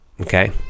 Okay